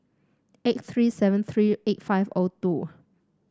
eight three seven three eight five O two